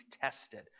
tested